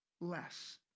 less